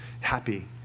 happy